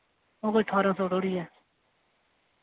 ओ कोई ठारां सौ धोड़ी ऐ